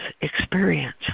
experience